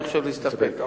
אני חושב שיש להסתפק.